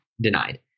denied